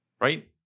right